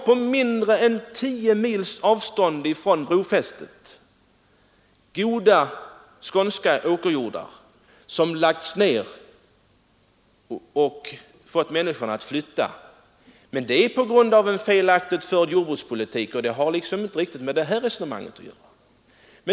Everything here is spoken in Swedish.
På mindre än tio mils avstånd från det kommande brofästet finns det goda svenska åkerjordar som lagts ned och som människorna har flyttat ifrån — men detta på grund av en felaktig jordbrukspolitik, och det har inte riktigt med detta resonemang att göra.